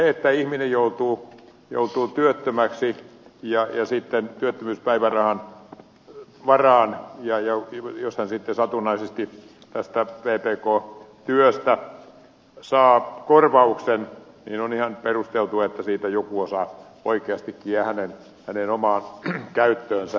jos ihminen joutuu työttömäksi ja sitten työttömyyspäivärahan varaan ja jos hän sitten satunnaisesti tästä vpk työstä saa korvauksen on ihan perusteltua että siitä joku osa oikeastikin jää hänen omaan käyttöönsä